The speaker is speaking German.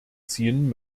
ziehen